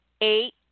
eight